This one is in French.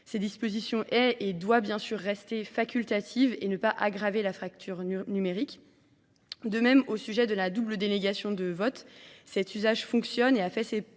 Ces dispositions aient et doivent bien sûr rester facultatives et ne pas aggraver la fracture numérique. De même, au sujet de la double délégation de vote, cet usage fonctionne et a fait ses preuves